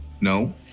No